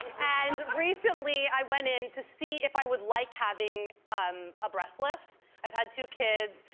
and recently, i went in to see if i would like having um a breast lift, i've had two kids,